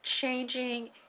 changing